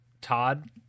Todd